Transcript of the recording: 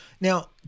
Now